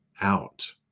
out